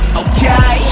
okay